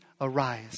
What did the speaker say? arise